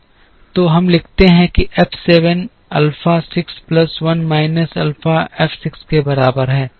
तो हम लिखते हैं कि F 7 alpha 6 plus 1 minus alpha F 6 के बराबर है